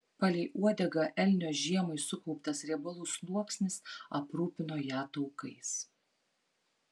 palei uodegą elnio žiemai sukauptas riebalų sluoksnis aprūpino ją taukais